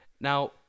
Now